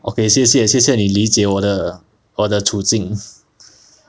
okay 谢谢谢谢你理解我的我的处境